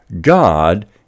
God